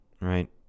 right